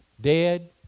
dead